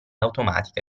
automatica